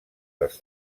dels